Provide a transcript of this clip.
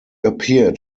appeared